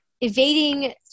evading